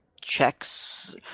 checks